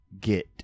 get